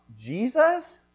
Jesus